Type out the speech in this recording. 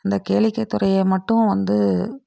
இந்த கேளிக்கை துறையை மட்டும் வந்து